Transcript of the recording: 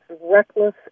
reckless